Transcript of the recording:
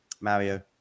Mario